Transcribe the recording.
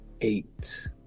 eight